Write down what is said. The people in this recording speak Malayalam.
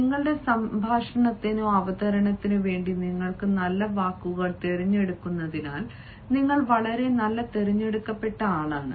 നിങ്ങളുടെ സംഭാഷണത്തിനോ അവതരണത്തിനോ വേണ്ടി നിങ്ങൾക്ക് നല്ല വാക്കുകൾ തിരഞ്ഞെടുത്തതിനാൽ നിങ്ങൾ വളരെ നല്ല തിരഞ്ഞെടുക്കപ്പെട്ട ആളാണ്